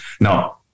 Now